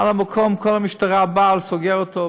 על המקום, כל המשטרה באה וסוגרת לו.